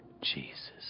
Jesus